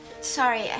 Sorry